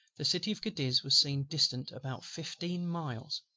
the city of cadiz was seen distant about fifteen miles,